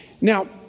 Now